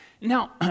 Now